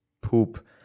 poop